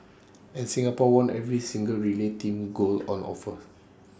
and Singapore won every single relay team gold on offer